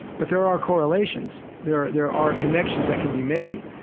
but there are correlations. there there are connections that can be made,